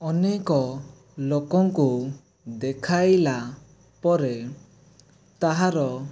ଅନେକ ଲୋକଙ୍କୁ ଦେଖାଇଲା ପରେ ତାହାର